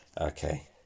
Okay